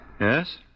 Yes